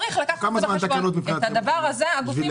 כמה זמן התקנות מבחינתכם בשביל להיערך?